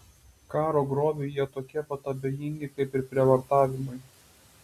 karo grobiui jie tokie pat abejingi kaip ir prievartavimui